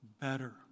better